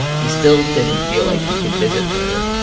he still didn't feel like he could visit her.